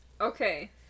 Okay